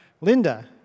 Linda